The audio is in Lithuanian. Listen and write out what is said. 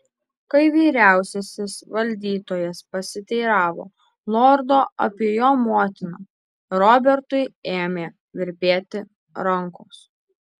kai vyriausiasis valdytojas pasiteiravo lordo apie jo motiną robertui ėmė virpėti rankos